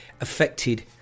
affected